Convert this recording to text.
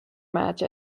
match